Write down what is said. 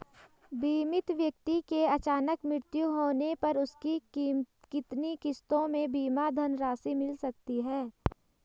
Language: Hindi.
बीमित व्यक्ति के अचानक मृत्यु होने पर उसकी कितनी किश्तों में बीमा धनराशि मिल सकती है?